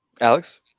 Alex